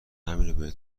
همینو